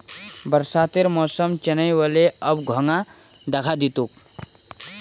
बरसातेर मौसम चनइ व ले, अब घोंघा दखा दी तोक